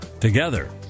Together